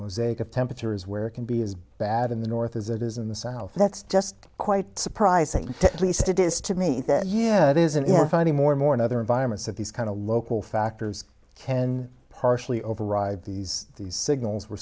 mosaic of temperatures where it can be as bad in the north as it is in the south that's just quite surprising at least it is to me that yeah it is and if i mean more and more in other environments that these kind of local factors can partially override these these signals we're